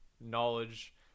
knowledge